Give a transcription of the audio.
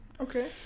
Okay